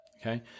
okay